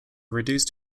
reduced